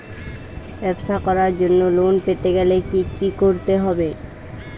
ব্যবসা করার জন্য লোন পেতে গেলে কি কি করতে হবে?